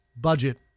budget